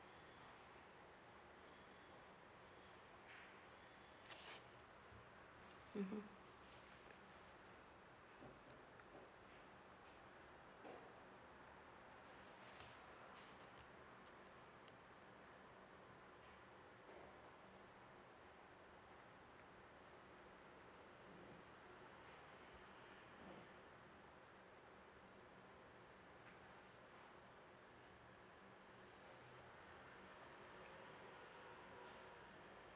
mmhmm